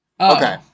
Okay